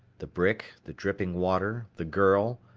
the brick, the dripping water, the girl,